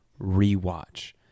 rewatch